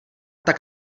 tak